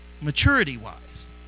maturity-wise